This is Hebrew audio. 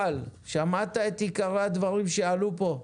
שמעת את עיקרי הדברים שעלו פה.